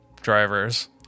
drivers